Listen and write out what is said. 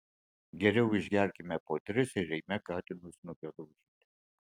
geriau išgerkime po tris ir eime katinui snukio daužyti